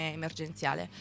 emergenziale